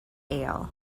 ale